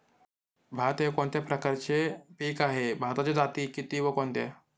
भात हे कोणत्या प्रकारचे पीक आहे? भाताच्या जाती किती व कोणत्या?